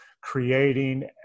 creating